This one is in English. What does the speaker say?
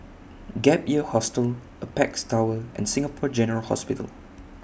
Gap Year Hostel Apex Tower and Singapore General Hospital